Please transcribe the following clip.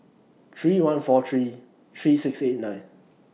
three one four three three six eight nine